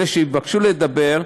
אלה שביקשו לדבר,